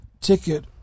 ticket